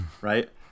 right